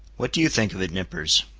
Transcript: what do you think of it, nippers?